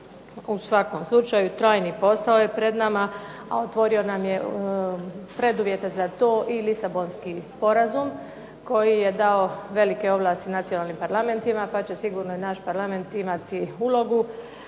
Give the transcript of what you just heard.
U svakom slučaju trajni posao je pred nama, a otvorio nam je preduvjete za to i Lisabonski sporazum koji je dao velike ovlasti nacionalnim parlamentima pa će sigurno i naš Parlament imati ulogu.